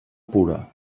pura